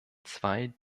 zwei